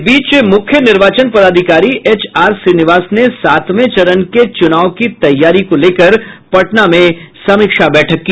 इस बीच मुख्य निर्वाचन पदाधिकारी एच आर श्रीनिवास ने सातवें चरण में होने वाले चूनाव तैयारी को लेकर पटना में समीक्षा बैठक की